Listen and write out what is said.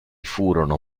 furono